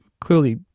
clearly